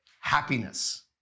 happiness